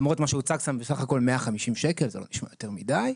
למרות שמה שהוצג שם בסך הכל 150 שקל זה לא נשמע יותר מידי,